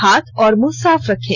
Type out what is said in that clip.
हाथ और मुंह साफ रखें